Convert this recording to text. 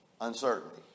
uncertainty